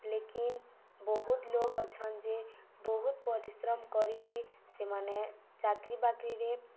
ଲେକିନ୍ ବହୁତ ଲୋକ ଅଛନ୍ ଯେ ବହୁତ ପରିଶ୍ରମ କରିବି ସେମାନେ ଚାକିରି ବାକିରିରେ